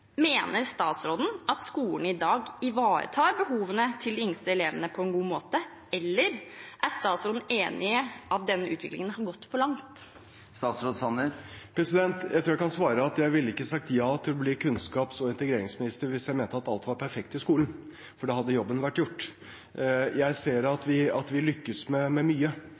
Mener statsråden at skolen i dag ivaretar behovene til de yngste elevene på en god måte, eller er statsråden enig i at denne utviklingen har gått for langt? Jeg tror jeg kan svare at jeg ikke ville sagt ja til å bli kunnskaps- og integreringsminister hvis jeg mente at alt var perfekt i skolen, for da hadde jobben vært gjort. Jeg ser at vi lykkes med mye, og det skal vi